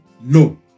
No